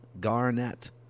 Garnett